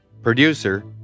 Producer